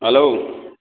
hello